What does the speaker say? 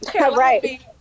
right